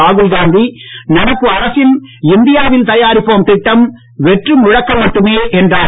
ராகுல்காந்தி நடப்பு அரசின் இந்தியாவில் தயாரிப்போம் திட்டம் வெற்று முழக்கம் மட்டுமே என்றார்